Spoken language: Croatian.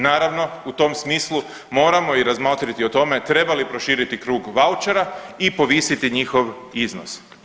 Naravno u tom smislu moramo i razmotriti o tome treba li proširiti krug vaučera i povisiti njihov iznos.